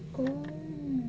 oo